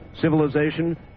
civilization